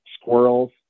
squirrels